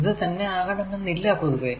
ഇത് തന്നെ ആകണമെന്നില്ല പൊതുവെ